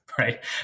right